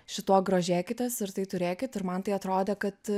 šituo grožėkitės ir tai turėkit ir man tai atrodė kad